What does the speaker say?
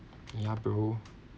ya bro